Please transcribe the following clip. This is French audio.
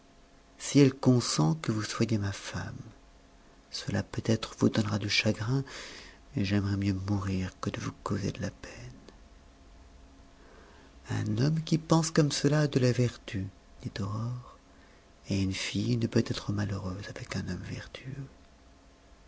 si elle consent que vous soyez ma femme cela peut-être vous donnera du chagrin et j'aimerais mieux mourir que de vous causer de la peine un homme qui pense comme cela a de la vertu dit aurore et une fille ne peut être malheureuse avec un homme vertueux